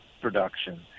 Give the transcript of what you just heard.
production